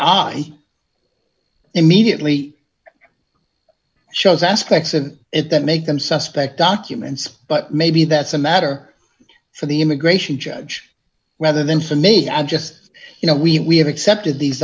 i immediately shows aspects of it that make them suspect documents but maybe that's a matter for the immigration judge rather than for me i'm just you know we we have accepted these